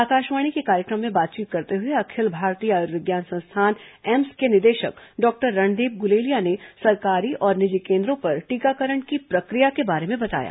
आकाशवाणी के कार्यक्रम में बातचीत करते हुए अखिल भारतीय आयुर्विज्ञान संस्थान एम्स के निदेशक डॉक्टर रणदीप गुलेलिया ने सरकारी और निजी केन्द्रों पर टीकाकरण की प्रक्रिया के बारे में बताया